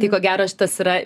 tai ko gero šitas yra